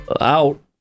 out